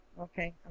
Okay